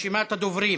רשימת הדוברים.